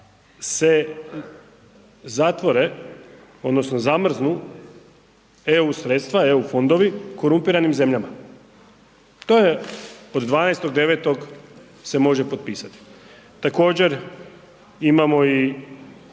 se zatvore odnosno zamrznu EU sredstva, EU fondovi korumpiranim zemljama, to je od 12.9. se može potpisati. Također imamo i